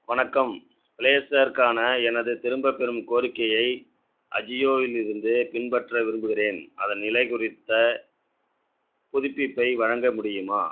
வணக்கம் ப்ளேசருக்கான எனது திரும்பப்பெறும் கோரிக்கையை ஆஜியோவிலிருந்து பின்பற்ற விரும்புகிறேன் அதன் நிலை குறித்த புதுப்பிப்பை வழங்க முடியுமா